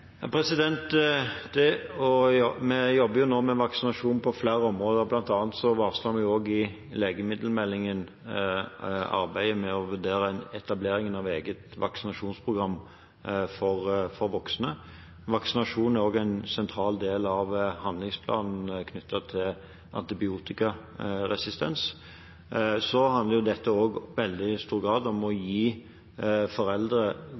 Vi jobber nå med vaksinasjon på flere områder, bl.a. varslet vi i legemiddelmeldingen arbeidet med å vurdere en etablering av eget vaksinasjonsprogram for voksne. Vaksinasjon er også en sentral del av handlingsplanen knyttet til antibiotikaresistens. Så handler dette også i veldig stor grad om å gi foreldre